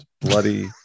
Bloody